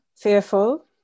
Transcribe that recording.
Fearful